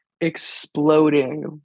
exploding